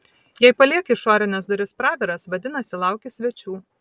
jei palieki išorines duris praviras vadinasi lauki svečių